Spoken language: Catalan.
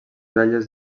belles